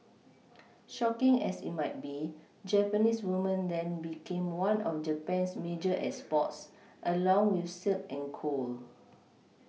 shocking as it might be Japanese women then became one of Japan's major exports along with silk and coal